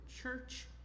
church